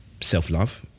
self-love